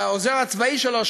העוזר הצבאי שלו,